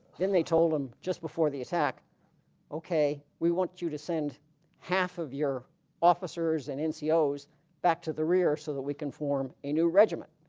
then they told him just before the attack okay we want you to send half of your officers and yeah ncos back to the rear so that we can form a new regiment.